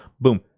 boom